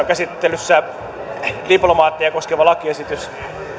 käsittelyssä diplomaatteja koskeva lakiesitys